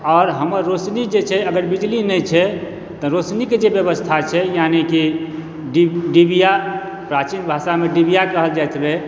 आओर हमर रोशनी जे छै अगर बिजली नहि छै तऽ रोशनीके जे बेबस्था छै यानीकि डिबिया प्राचीन भाषामे डिबिया कहल जाइत रहै